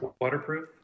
waterproof